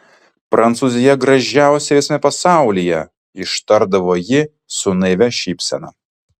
prancūzija gražiausia visame pasaulyje ištardavo ji su naivia šypsena